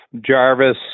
Jarvis